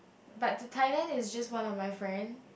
but the Thailand is just one of my friend